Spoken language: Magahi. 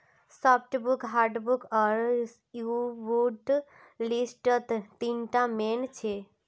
सॉफ्टवुड हार्डवुड आर स्यूडोवुड लिस्टत तीनटा मेन छेक